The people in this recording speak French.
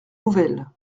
nouvelle